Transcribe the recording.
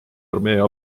armee